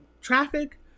traffic